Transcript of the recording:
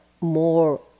more